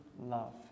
love